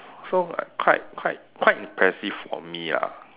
so like quite quite quite impressive for me ah